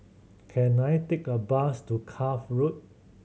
can I take a bus to Cuff Road